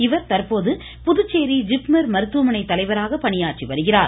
இவர் தற்போது புதுச்சேரி ஜிப்மர் மருத்துவமனை தலைவராக பணியாற்றி வருகிறார்